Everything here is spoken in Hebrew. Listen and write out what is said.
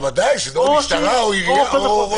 ודאי, או משטרה או עירייה.